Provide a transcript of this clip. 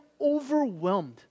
overwhelmed